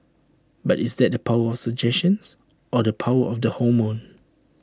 but is that the power of suggestion or the power of the hormone